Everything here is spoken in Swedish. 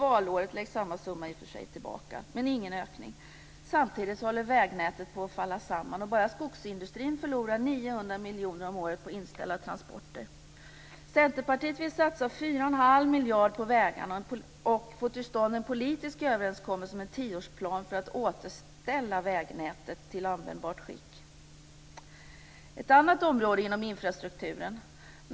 Valåret läggs samma summa i och för sig tillbaka men det är ingen ökning. Samtidigt håller vägnätet på att falla samman. Bara skogsindustrin förlorar 900 miljoner om året på inställda transporter. Centerpartiet vill satsa 4 1⁄2 miljarder på vägarna och få till stånd en politisk överenskommelse om en tioårsplan för att återställa vägnätet till användbart skick. Sedan till ett annat område inom infrastrukturen.